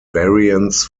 variants